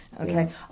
Okay